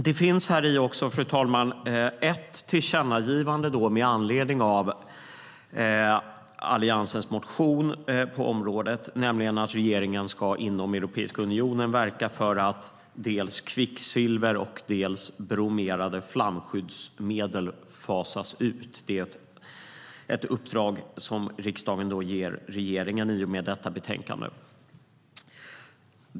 Det finns ett tillkännagivande med anledning av Alliansens motion på området, nämligen att regeringen inom Europeiska unionen ska verka för att dels kvicksilver, dels bromerade flamskyddsmedel fasas ut. Det är då ett uppdrag som riksdagen ger till regeringen i och med detta betänkande.